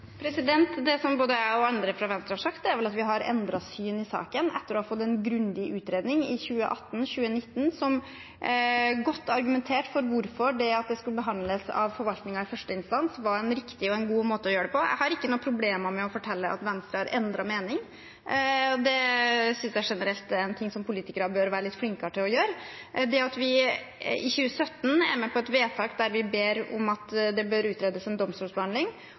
Det som både jeg og andre fra Venstre har sagt, er at vi har endret syn i saken etter å ha fått en grundig utredning i 2018–2019 som godt argumenterte for hvorfor det at det skulle behandles av forvaltningen i første instans, var en riktig og en god måte å gjøre det på. Jeg har ikke noen problemer med å fortelle at Venstre har endret mening. Det synes jeg generelt er noe som politikere bør være litt flinkere til å gjøre. At vi i 2017 var med på et vedtak der vi ba om at domstolsbehandling burde utredes,